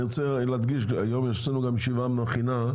אני רוצה להדגיש ולומר שהיום נקיים ישיבה מכינה.